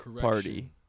party